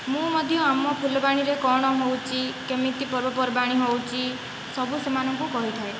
ମୁଁ ମଧ୍ୟ ଆମ ଫୁଲବାଣୀରେ କଣ ହେଉଛି କେମିତି ପର୍ବପର୍ବାଣି ହେଉଛି ସବୁ ସେମାନଙ୍କୁ କହିଥାଏ